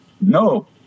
No